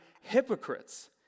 hypocrites